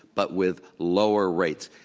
but with lower rates.